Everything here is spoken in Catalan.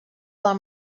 pel